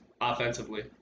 offensively